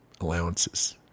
allowances